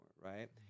right